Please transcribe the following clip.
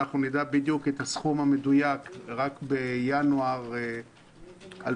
נדע בדיוק את הסכום המדויק רק בינואר 2021,